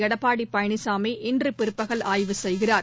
எடப்பாடி பழனிசாமி இன்று பிற்பகல் ஆய்வு செய்கிறார்